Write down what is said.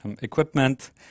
equipment